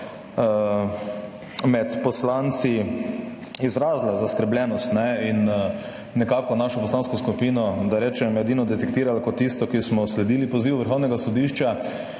med poslanci izrazila zaskrbljenost in nekako našo poslansko skupino, da rečem, edino detektirala kot tisto, ki smo sledili pozivu Vrhovnega sodišča.